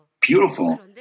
beautiful